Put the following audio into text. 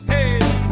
Hey